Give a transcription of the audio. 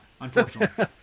Unfortunately